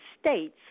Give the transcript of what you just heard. states